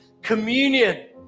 Communion